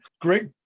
Great